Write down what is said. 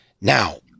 Now